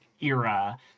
era